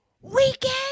weekend